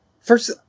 first